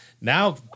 Now